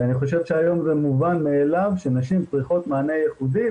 אני חושב שהיום זה מובן מאליו שנשים צריכות מענה ייחודי,